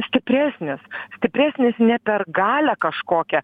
stipresnis stipresnis ne per galią kažkokią